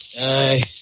Aye